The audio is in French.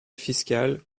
fiscal